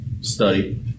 study